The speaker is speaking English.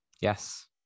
Yes